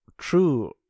true